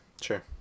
Sure